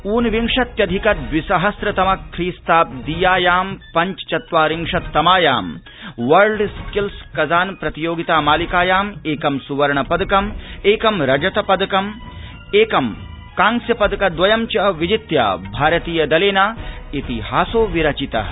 ऊनविंशत्यधिक द्रिसहस्रतम ख्रीस्ताब्दीयायां पञ्चचत्वार्रिशत्तमायां वर्ल्ड स्किल्स कज़ान प्रतियोगिता मालिकायाम् एकं सुवर्णपदकम् एकं रजतपदकं कांस्यपदक द्वयं च विजित्य भारतीय दलेन इतिहासो विरचितः